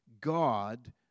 God